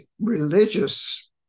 religious